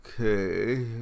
okay